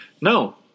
No